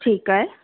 ठीकु आहे